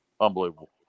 unbelievable